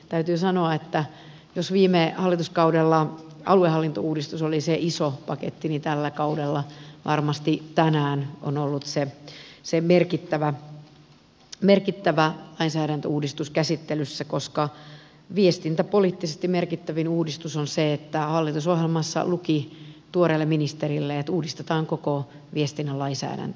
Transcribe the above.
täytyy sanoa että jos viime hallituskaudella aluehallintouudistus oli se iso paketti niin tällä kaudella varmasti tänään on ollut se merkittävä lainsäädäntöuudistus käsittelyssä koska viestintäpoliittisesti merkittävin uudistus on se että hallitusohjelmassa luki tuoreelle ministerille että uudistetaan koko viestinnän lainsäädäntö